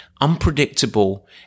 unpredictable